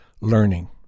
learning